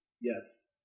Yes